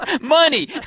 Money